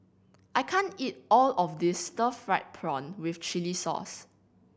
I can't eat all of this stir fried prawn with chili sauce